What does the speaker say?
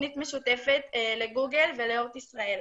התכנית משותפת לגוגל ולאורט ישראל.